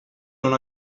non